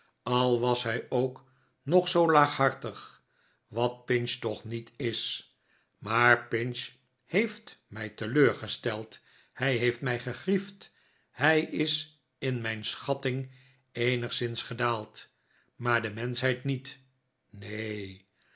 al was hij ook nog zoo laaghartig wat pinch toch niet is maar pinch heeft mij teleurgesteld hij heeft mrj gegriefd hij is in mijn schatting eenigszins gedaald maar de menschheid niet neen